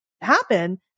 happen